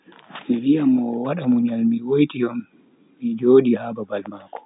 Mi viyan mo o wada munyal mi woiti on mi jodi ha babal mako.